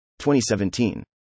2017